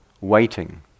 waiting